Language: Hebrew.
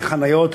בלי חניות,